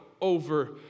over